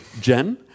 Jen